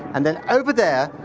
and then over there,